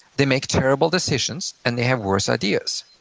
they make terrible decisions and they have worse ideas,